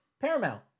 paramount